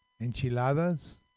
Enchiladas